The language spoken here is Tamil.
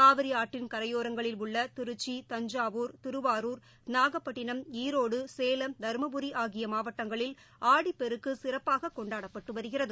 காவிரிஆற்றின் கரையோரங்களில் உள்ளதிருச்சி தஞ்சாவூர் திருவாரூர் நாகப்பட்டினம் ஈரோடு சேலம் தருமபுரி ஆகியமாவட்டங்களில் ஆடிப்பெருக்குசிறப்பாககொண்டாடப்பட்டுவருகிறது